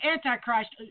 Antichrist